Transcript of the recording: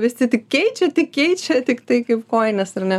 visi tik keičia tik keičia tiktai kaip kojines ar ne